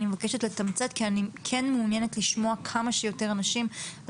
אני מבקשת לתמצת כי אני כן מעוניינת לשמוע כמה שיותר אנשים.